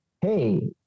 hey